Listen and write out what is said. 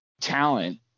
talent